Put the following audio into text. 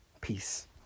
Peace